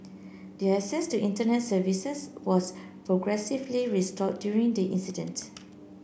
their access to Internet services was progressively restored during the incident